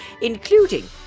including